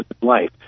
life